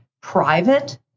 private